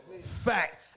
Fact